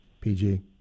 PG